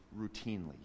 routinely